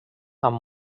amb